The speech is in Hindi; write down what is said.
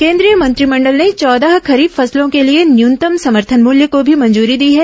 केन्द्रीय मंत्रिमंडल ने चौदह खरीफ फसलों के लिए न्यूनतम समर्थन मूल्य को भी मंजूरी दी है